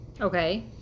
Okay